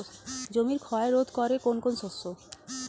জমির ক্ষয় রোধ করে কোন কোন শস্য?